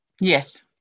yes